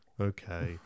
Okay